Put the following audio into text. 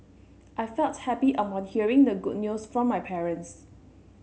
I felt happy upon hearing the good news from my parents